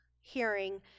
hearing